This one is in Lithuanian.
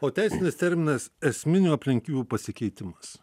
o teisinis terminas esminių aplinkybių pasikeitimas